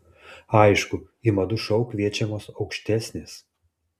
aišku į madų šou kviečiamos aukštesnės